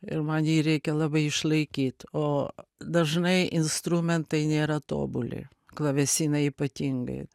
ir man jį reikia labai išlaikyt o dažnai instrumentai nėra tobuli klavesinai ypatingai